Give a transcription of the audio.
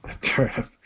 turnip